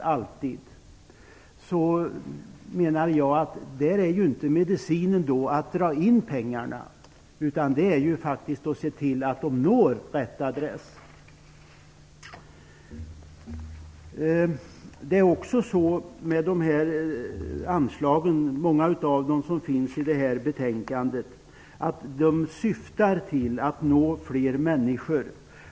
Jag menar att medicinen inte är att dra in pengarna, utan det är faktiskt att se till att de når rätt adress. Många av de anslag som behandlas i detta betänkande syftar till att nå fler människor.